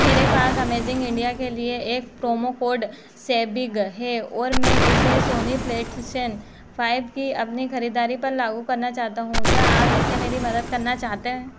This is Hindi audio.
मेरे पास अमेज़िंग इंडिया के लिए एक प्रोमो कोड सेबिग है और मैं इसे सोनी प्ले टशन फ़ाइव की अपनी ख़रीदारी पर लागू करना चाहता हूँ क्या आप इससे मेरी मदद करना चाहते हैं